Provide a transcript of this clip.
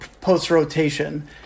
post-rotation